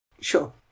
Sure